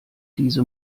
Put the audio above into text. diese